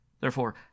Therefore